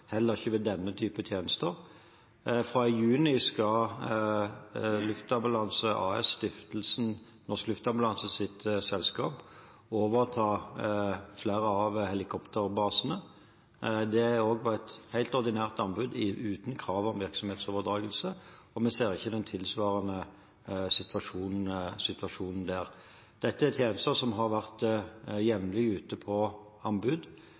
heller ikke ved denne type tjenester. Fra juni skal Norsk Luftambulanse AS, selskapet til Stiftelsen Norsk Luftambulanse, overta flere av helikopterbasene. Det er også et helt ordinært anbud, uten krav om virksomhetsoverdragelse, og vi ser ikke den tilsvarende situasjonen der. Dette er tjenester som har vært jevnlig ute på anbud